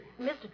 Mr